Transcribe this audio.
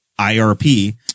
IRP